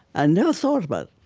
i never thought about it